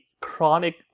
chronic